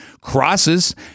crosses